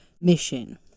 mission